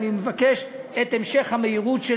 ואני מבקש שהיא תאשר את זה,